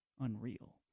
unreal